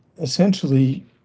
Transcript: essentially